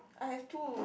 I have two